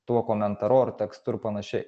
tuo komentaru ar tekstu ir panašiai